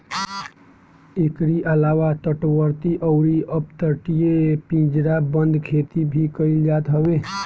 एकरी अलावा तटवर्ती अउरी अपतटीय पिंजराबंद खेती भी कईल जात हवे